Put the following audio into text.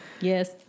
yes